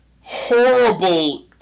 horrible